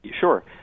Sure